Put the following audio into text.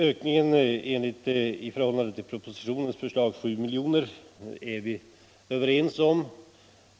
Ökningen i förhållande till i propositionen föreslagna 7 milj.kr. är vi överens om.